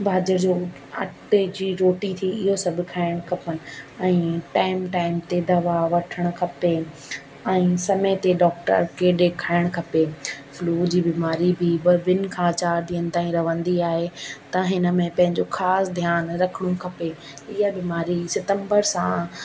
बाजरे अटे जी रोटी थी इहो सभु खाइणु खपनि ऐं टाइम टाइम ते दवा वठणु खपे ऐं समय ते डॉक्टर खे ॾेखारणु खपे फ़्लूअ जी बीमारी बि उहा ॿिनि खां चार ॾींहनि ताईं रहंदी आहे त हिन में पंहिंजो ख़ासि ध्यानु रखिणो खपे हीअ बीमारी सितंबर सां